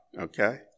Okay